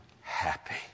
happy